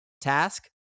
task